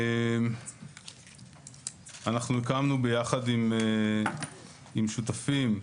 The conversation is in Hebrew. הקמנו ביחד עם שותפים,